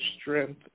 strength